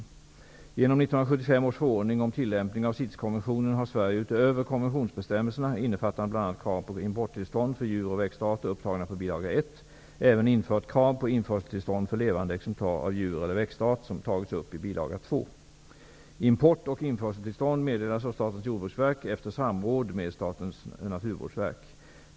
Genom 1975 års förordning om tillämpning av CITES-konventionen har Sverige utöver konventionsbestämmelserna, innefattande bl.a. krav på importtillstånd för djur och växtarter upptagna på bil. I, även infört krav på införseltillstånd för levande exemplar av djur eller växtart som tagits upp i bil. II. Import och införseltillstånd meddelas av Statens jordbruksverk efter samråd med Statens naturvårdsverk.